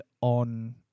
on